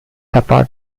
apart